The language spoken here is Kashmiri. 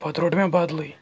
پَتہٕ روٚٹ مےٚ بَدلٕے